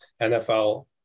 nfl